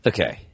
Okay